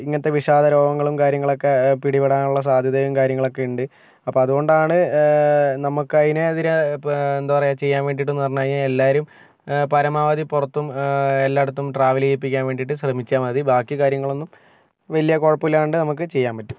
ഇങ്ങനത്തെ വിഷാദ രോഗങ്ങളും കാര്യങ്ങളുമൊക്കെ പിടിപെടാൻ ഉള്ള സാധ്യതകളും കാര്യങ്ങളൊക്കെ ഉണ്ട് അപ്പം അത് കൊണ്ടാണ് നമുക്ക് അതിന് എതിരെ ഇപ്പം എന്താ പറയുക ചെയ്യാൻ വേണ്ടിയിട്ട് എന്ന് പറഞ്ഞു കഴിഞ്ഞാൽ എല്ലാവരും പരമാവധി പുറത്തും എല്ലായിടത്തും ട്രാവൽ ചെയ്യിപ്പിക്കാൻ വേണ്ടിയിട്ട് ശ്രമിച്ചാൽ മതി ബാക്കി കാര്യങ്ങളൊന്നും വലിയ കുഴപ്പം ഇല്ലാതെ നമുക്ക് ചെയ്യാൻ പറ്റും